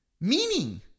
meaning